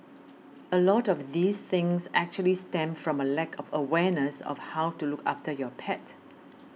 a lot of these things actually stem from a lack of awareness of how to look after your pet